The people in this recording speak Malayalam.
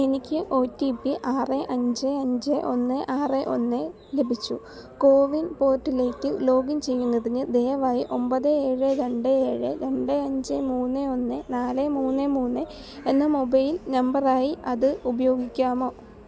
എനിക്ക് ഒ ടി പി ആറ് അഞ്ച് അഞ്ച് ഒന്ന് ആറ് ഒന്ന് ലഭിച്ചു കോവിൻ പോർട്ടലിലേക്ക് ലോഗിൻ ചെയ്യുന്നതിന് ദയവായി ഒൻപത് ഏഴ് രണ്ട് ഏഴ് രണ്ട് അഞ്ച് മൂന്ന് ഒന്ന് നാല് മൂന്ന് മൂന്ന് എന്ന മൊബൈൽ നമ്പറിനായി അത് ഉപയോഗിക്കാമോ